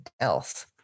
else